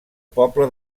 poble